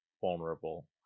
vulnerable